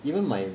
even my